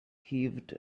heaved